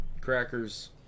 Crackers